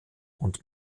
und